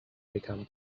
become